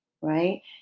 Right